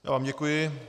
Já vám děkuji.